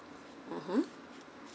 (uh huh)